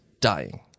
dying